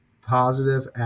positive